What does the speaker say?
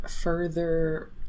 further